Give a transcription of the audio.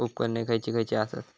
उपकरणे खैयची खैयची आसत?